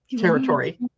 territory